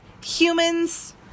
Humans